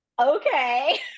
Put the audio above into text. Okay